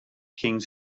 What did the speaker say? kings